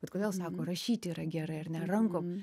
bet kodėl sako rašyti yra gerai ar ne rankom